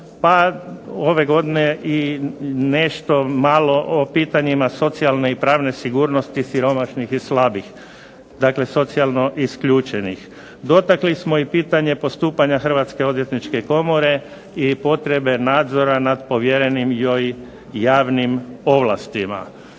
pa ove godine i nešto malo o pitanjima socijalne i pravne sigurnosti siromašnih i slabih, dakle socijalno isključenih. Dotakli smo i pitanje postupanje Hrvatske odvjetničke komore, i potrebe nadzora nad povjerenim joj javnim ovlastima.